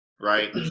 right